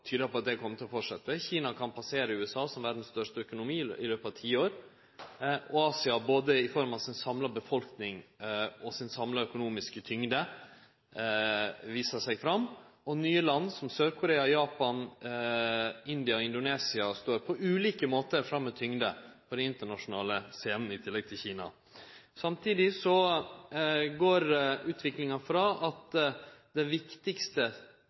tyder på at det kjem til å fortsetje. Kina kan passere USA som verdas største økonomi i løpet av ti år, og Asia – både i kraft av si samla befolkning og si samla økonomiske tyngd – viser seg fram. Nye land, som Sør-Korea, Japan, India og Indonesia, står på ulike måtar fram med tyngd på den internasjonale scena – i tillegg til Kina. Samtidig går utviklinga frå at det viktigaste